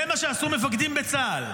זה מה שעשו מפקדים בצה"ל,